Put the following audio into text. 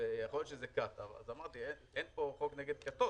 יכול להיות שזאת כת, אמרתי, אין פה חוק נגד כתות.